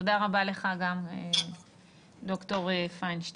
תודה רבה גם לך דוקטור פיינשטיין.